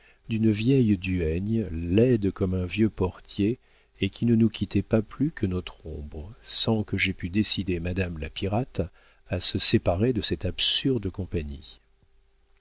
d'une vieille duègne laide comme un vieux portier et qui ne nous quittait pas plus que notre ombre sans que j'aie pu décider madame la pirate à se séparer de cette absurde compagnie